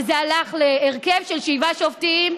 וזה הלך להרכב של שבעה שופטים,